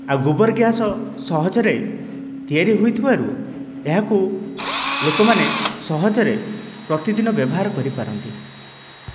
ଆଉ ଗୋବର ଗ୍ୟାସ ସହଜରେ ତିଆରି ହୋଇଥିବାରୁ ଏହାକୁ ଲୋକମାନେ ସହଜରେ ପ୍ରଦିଦିନ ବ୍ୟବହାର କରିପାରନ୍ତି